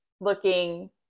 looking